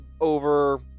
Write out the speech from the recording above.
over